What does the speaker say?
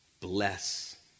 bless